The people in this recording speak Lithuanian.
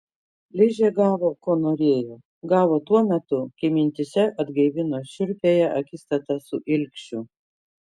ližė gavo ko norėjo gavo tuo metu kai mintyse atgaivino šiurpiąją akistatą su ilgšiu